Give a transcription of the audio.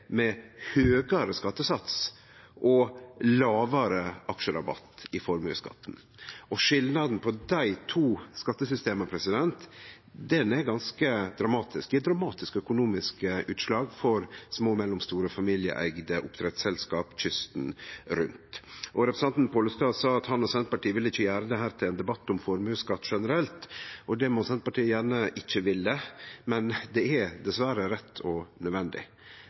med høgare skattesats og lågare aksjerabatt i formuesskatten. Skilnaden på dei to skattesystema er ganske dramatisk og gjev eit dramatisk økonomisk utslag for små og mellomstore familieeigde oppdrettsselskap kysten rundt. Representanten Pollestad sa at han og Senterpartiet ikkje ville gjere dette til ein debatt om formuesskatt generelt, og det må Senterpartiet gjerne ikkje ville, men det er dessverre rett og nødvendig.